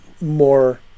more